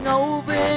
over